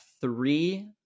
three